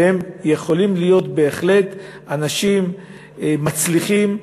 והם יכולים להיות בהחלט אנשים מצליחים.